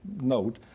note